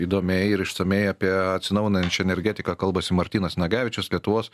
įdomiai ir išsamiai apie atsinaujinančią energetiką kalbasi martynas nagevičius lietuvos